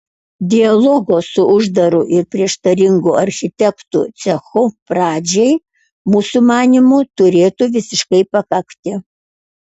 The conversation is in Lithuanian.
dialogo su uždaru ir prieštaringu architektų cechu pradžiai mūsų manymu turėtų visiškai pakakti